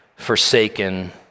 forsaken